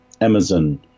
Amazon